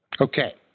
Okay